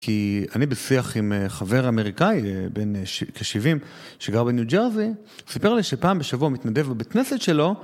כי אני בשיח עם חבר אמריקאי, בן כ-70, שגר בניו ג'רזי, סיפר לי שפעם בשבוע מתנדב בבית כנסת שלו...